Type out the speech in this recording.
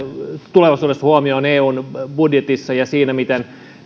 tulevaisuudessa huomioon eun budjetissa ja siinä miten